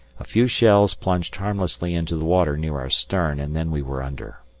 a few shells plunged harmlessly into the water near our stern, and then we were under.